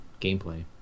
gameplay